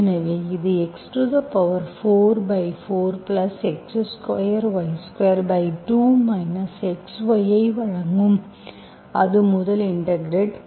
எனவே இது x44x2y22 xy ஐ வழங்கும் அது முதல் இன்டெகிரெட்